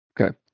okay